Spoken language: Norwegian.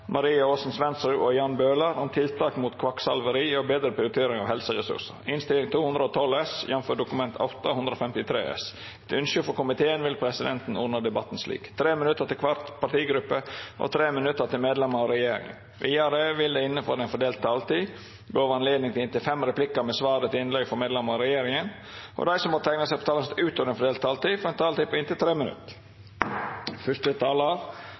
vil presidenten ordna debatten slik: 3 minutt til kvar partigruppe og 3 minutt til medlemer av regjeringa. Vidare vil det – innanfor den fordelte taletida – verta gjeve anledning til inntil fem replikkar med svar etter innlegg frå medlemer av regjeringa, og dei som måtte teikna seg på talarlista utover den fordelte taletida, får ei taletid på inntil 3 minutt.